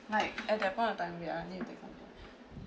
like at that point of time yeah I need